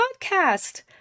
podcast